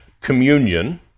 communion